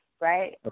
Right